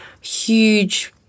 huge